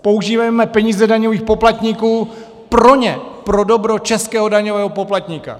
Používejme peníze daňových poplatníků pro ně, pro dobro českého daňového poplatníka!